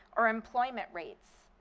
or employment rates.